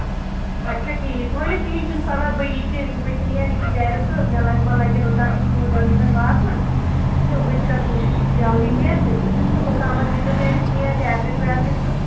اچھا ٹھیٖک ؤلِو کِہیٖنۍ چھُنہٕ پَرواے بہٕ یہِ کہِ بہٕ تہِ نیرٕ ییٚکیٛاہ گَرِ تہٕ مےٚ لہ ما لَگَن اوٚتانٮ۪تھ پٲنٛژھ دَہ مِنَٹ واتنَس تہٕ بہٕ تہِ کَرٕ کوٗشِش ییٚکیٛاہ جَلدی نیرنٕچ تہٕ اوٚتامَتھ دیٖزیو تُہۍ أمِس کینٛہہ ٹیبلِٹ ویبلِٹ تہٕ